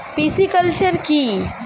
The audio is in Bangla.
পিসিকালচার কি?